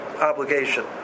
obligation